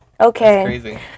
Okay